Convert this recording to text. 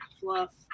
fluff